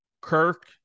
Kirk